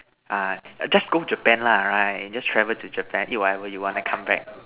ah just go Japan lah ha right just travel to Japan eat whatever you want then come back